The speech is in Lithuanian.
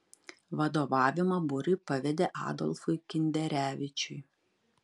vadovavimą būriui pavedė adolfui kinderevičiui